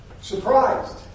surprised